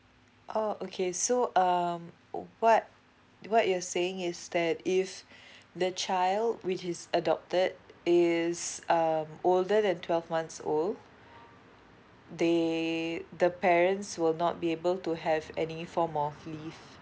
oh okay so um uh what what you're saying is that if the child which is adopted is um older than twelve months old they the parents will not be able to have any form of leave